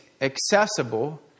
accessible